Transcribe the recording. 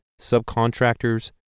subcontractors